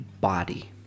body